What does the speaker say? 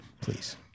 please